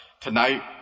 tonight